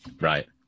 Right